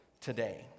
today